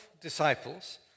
disciples